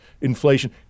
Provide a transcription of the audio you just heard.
inflation